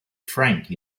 frank